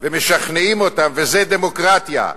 ומשכנעים אותם, וזה דמוקרטיה.